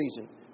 reason